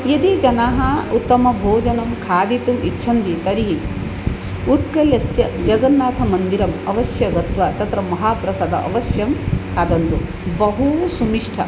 यदि जनाः उत्तमभोजनं खादितुम् इच्छन्ति तर्हि उत्कलस्य जगन्नाथमन्दिरम् अवश्यं गत्वा तत्र महाप्रसादम् अवश्यं खादन्तु बहु सुनिष्ठं